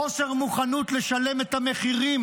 חוסר מוכנות לשלם את המחירים